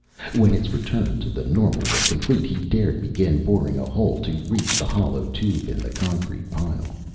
when its return to the normal was complete he dared begin boring a hole to reach the hollow tube in the concrete pile.